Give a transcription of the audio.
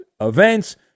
events